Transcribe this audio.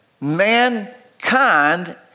mankind